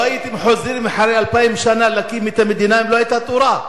לא הייתם חוזרים אחרי אלפיים שנה להקים את המדינה אם לא היתה תורה.